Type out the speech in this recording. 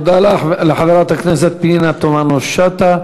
תודה לחברת הכנסת פנינה תמנו-שטה.